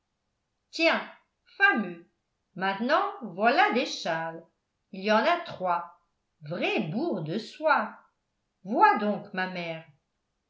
fameux maintenant voilà des châles il y en a trois vraie bourre de soie vois donc ma mère